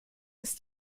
ist